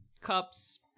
cups